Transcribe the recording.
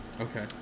Okay